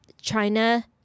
China